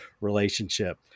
relationship